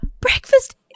breakfast